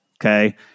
okay